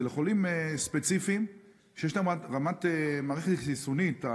זה לחולים ספציפיים שיש להם מערכת חיסונית,